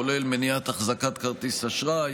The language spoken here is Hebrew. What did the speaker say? כולל מניעת החזקת כרטיס אשראי,